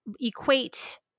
equate